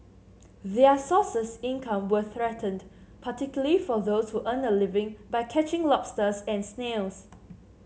their sources income were threatened particularly for those who earn a living by catching lobsters and snails